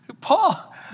Paul